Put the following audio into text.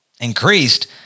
increased